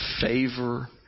favor